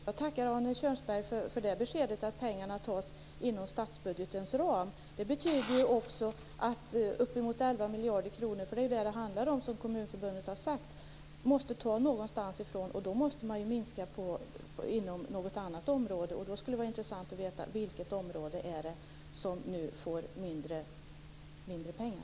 Herr talman! Jag tackar Arne Kjörnsberg för beskedet om att pengarna tas inom statsbudgetens ram. Det betyder att uppemot 11 miljarder kronor - det är vad det handlar om och som Kommunförbundet har talat om - måste tas någonstans. Då måste man ju minska inom något annat område. Vilket område är det som nu får mindre pengar?